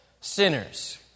sinners